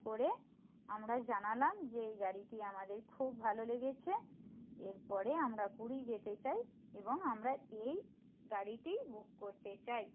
করে আমরা জানালাম যে এই গাড়িটি আমাদের খুব ভালো লেগেছে এরপরে আমরা পুরী যেতে চাই এবং আমরা এই গাড়িটি বুক করতে চাই